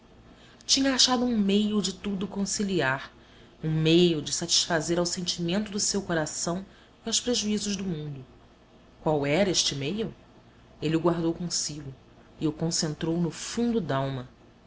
tinha achado um meio de tudo conciliar um meio de satisfazer ao sentimento do seu coração e aos prejuízos do mundo qual era este meio ele o guardou consigo e o concentrou no fundo d'alma